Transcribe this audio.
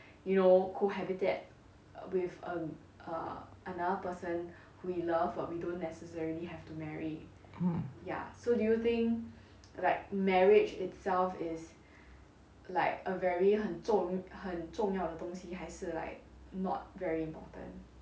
mm